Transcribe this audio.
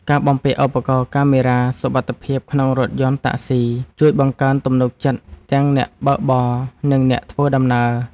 ការបំពាក់ឧបករណ៍កាមេរ៉ាសុវត្ថិភាពក្នុងរថយន្តតាក់ស៊ីជួយបង្កើនទំនុកចិត្តទាំងអ្នកបើកបរ និងអ្នកធ្វើដំណើរ។